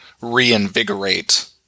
reinvigorate